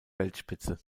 weltspitze